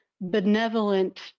benevolent